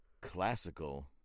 classical